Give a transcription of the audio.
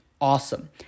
awesome